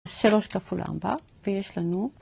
שלוש כפול ארבע, ויש לנו